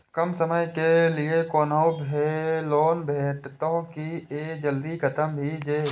कम समय के लीये कोनो लोन भेटतै की जे जल्दी खत्म भे जे?